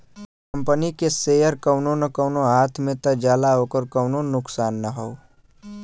company के share कउनो न कउनो हाथ मे त जाला ओकर कउनो नुकसान ना हौ